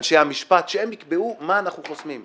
אנשי המשפט, שהם יקבעו מה אנחנו חוסמים.